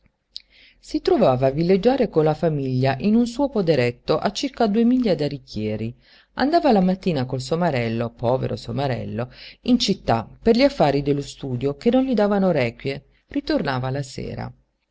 si trovava a villeggiare con la famiglia in un suo poderetto a circa due miglia da richieri andava la mattina col somarello povero somarello in città per gli affari dello studio che non gli davano requie ritornava la sera